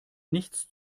nichts